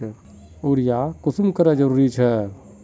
Urea कुंसम करे जरूरी छै?